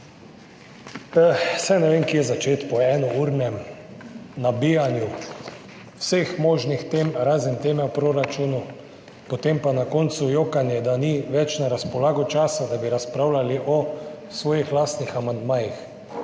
Saj ne vem, kje začeti po enournem nabijanju vseh možnih tem, razen teme o proračunu, potem pa na koncu jokanje, da ni več na razpolago časa, da bi razpravljali o svojih lastnih amandmajih,